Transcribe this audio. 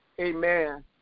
Amen